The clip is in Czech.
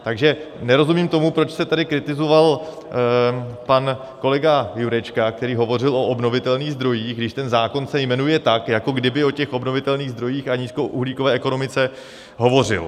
Takže nerozumím tomu, proč se tady kritizoval pan kolega Jurečka, který hovořil o obnovitelných zdrojích, když zákon se jmenuje tak, jako kdyby o těch obnovitelných zdrojích a nízkouhlíkové ekonomice hovořil.